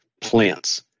plants